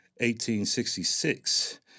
1866